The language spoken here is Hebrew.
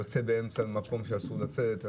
יוצא במקום שאסור לצאת.